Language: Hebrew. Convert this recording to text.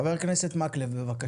חבר הכנסת מקלב בבקשה.